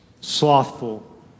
slothful